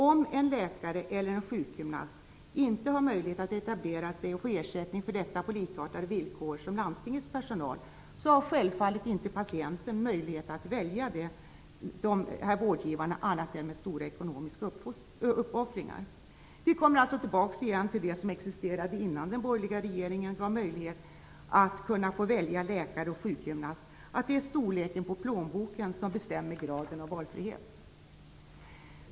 Om en läkare eller en sjukgymnast inte har möjlighet att etablera sig och få ersättning för detta på likartade villkor som landstingets personal har, så har självfallet inte patienten möjlighet att välja dessa vårdgivare annat än med stora ekonomiska uppoffringar. Vi kommer alltså tillbaka igen till det som existerade innan den borgerliga regeringen gav möjlighet för alla att kunna välja läkare och sjukgymnast, dvs. att det är storleken på plånboken som bestämmer graden av valfrihet.